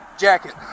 jacket